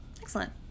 Excellent